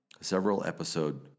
several-episode